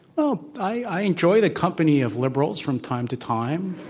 well, i enjoy the company of liberals from time to time.